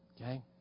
Okay